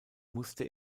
musste